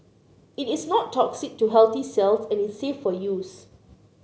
it is not toxic to healthy cells and is safe for use